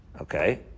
Okay